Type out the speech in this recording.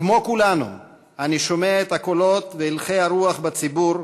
כמו כולנו אני שומע את הקולות ואת הלכי הרוח בציבור,